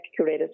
curated